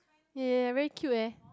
yea yea yea very cute eh